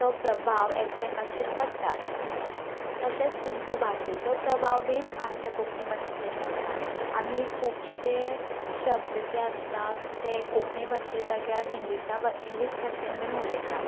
तो प्रभाव एकामेकांचेर पडटा तशेंच तांचो भाशेचो प्रभावूय आमच्या कोंकणी भाशेचेर पडटा आमी खुबशे शब्द जे आसता ते कोंकणी भाशेच्या जाग्यार इंग्लिशा इंग्लीश भाशेनूय उलयतात